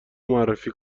معرفی